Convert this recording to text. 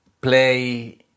play